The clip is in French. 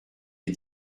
est